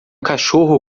cachorro